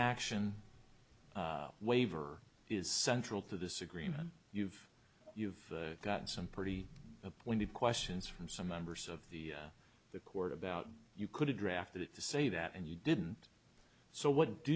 action waiver is central to this agreement you've you've got some pretty pointed questions from some members of the the court about you could have drafted it to say that and you didn't so what do